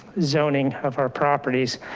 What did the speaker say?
zoning of our properties.